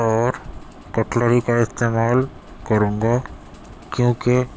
اور کٹلری کا استعمال کروں گا کیوں کہ